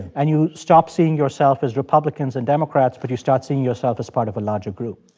and you stop seeing yourself as republicans and democrats, but you start seeing yourself as part of a larger group